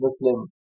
Muslim